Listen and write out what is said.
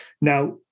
Now